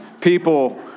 people